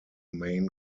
main